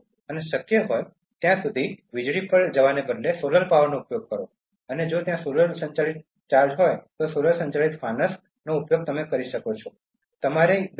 અને શક્ય હોય ત્યાં સુધી વીજળી પર જવાને બદલે સોલર પાવરનો ઉપયોગ કરો અને જો ત્યાં સોલાર સંચાલિત ચાર્જ હોય તો સોલાર સંચાલિત ફાનસ તમે તેનો ઉપયોગ કરી શકો છો